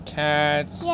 cats